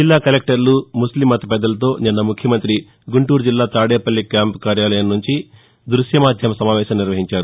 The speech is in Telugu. జిల్లా కలెక్టర్లు ముస్లిం మత పెర్దలతో నిన్న ముఖ్యమంతి గుంటూరు జిల్లా తాదేపల్లి క్యాంపు కార్యాలయం నుంచి ద్బశ్య మాధ్యమ సమావేశం నిర్వహించారు